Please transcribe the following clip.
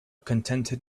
contented